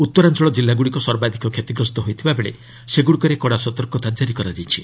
ଉତ୍ତରାଞ୍ଚଳ କିଲ୍ଲାଗୁଡ଼ିକ ସର୍ବାଧିକ କ୍ଷତିଗ୍ରସ୍ତ ହୋଇଥିବାବେଳେ ସେଗୁଡ଼ିକରେ କଡ଼ା ସତର୍କତା କାରି କରାଯାଇଛି